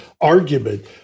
argument